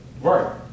Right